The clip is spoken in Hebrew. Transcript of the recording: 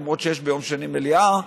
למרות שיש ביום שני מליאה,